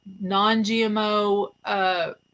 non-GMO